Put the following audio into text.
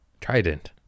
Trident